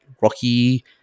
Rocky